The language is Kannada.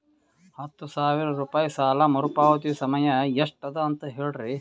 ಹತ್ತು ಸಾವಿರ ರೂಪಾಯಿ ಸಾಲ ಮರುಪಾವತಿ ಸಮಯ ಎಷ್ಟ ಅದ ಅಂತ ಹೇಳರಿ?